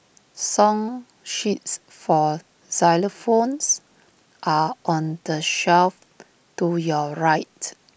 song sheets for xylophones are on the shelf to your right